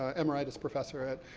ah emeritus professor at,